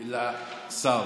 לצערי.